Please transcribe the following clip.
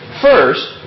First